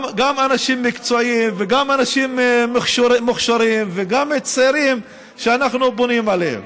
גם אנשים מקצועיים וגם אנשים מוכשרים וגם צעירים שאנחנו בונים עליהם.